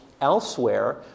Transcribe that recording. elsewhere